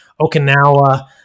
Okinawa